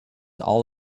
all